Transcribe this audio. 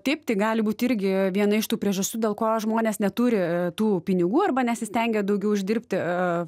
taip tai gali būt irgi viena iš tų priežasčių dėl ko žmonės neturi tų pinigų arba nesistengia daugiau uždirbti